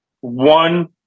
One